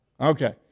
okay